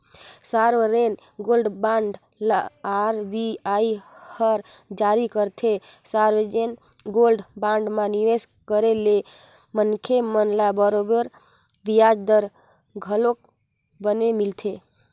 sovereign gold bond ल RBI हर जारी करथे, सॉवरेन गोल्ड बांड म निवेस करे ले मनखे मन ल बरोबर बियाज दर घलोक बने मिलथे